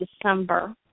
December